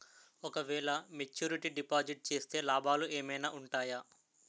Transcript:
ఓ క వేల maturity deposit చేస్తే లాభాలు ఏమైనా ఉంటాయా?